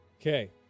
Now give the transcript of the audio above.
Okay